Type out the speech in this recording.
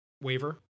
waiver